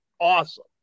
awesome